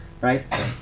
right